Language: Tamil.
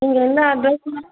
நீங்கள் எந்த அட்ரெஸ் மேம்